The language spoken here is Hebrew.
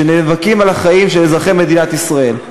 שנאבקים על החיים של אזרחי מדינת ישראל,